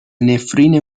نفرین